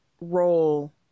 role